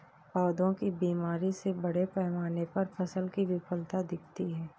पौधों की बीमारी से बड़े पैमाने पर फसल की विफलता दिखती है